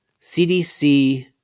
CDC